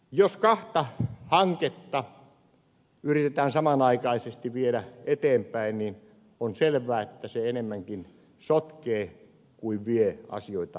jos kahta hanketta yritetään samanaikaisesti viedä eteenpäin niin on selvää että se enemmänkin sotkee kuin vie asioita eteenpäin